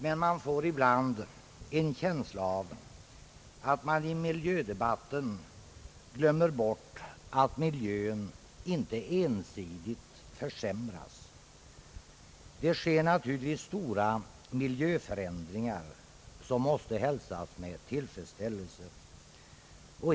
Men, man får ibland en känsla av att det i miljödebatten glöms bort att miljön inte ensidigt försämras. Det sker naturligtvis stora miljöförändringar som måste hälsas med till fredsställelse.